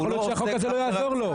יכול להיות שהחוק הזה לא יעזור לו,